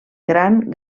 gran